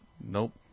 Nope